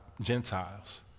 Gentiles